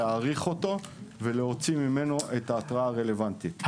להעריך אותו ולהוציא ממנו את ההתרעה הרלוונטית.